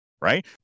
right